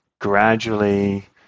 gradually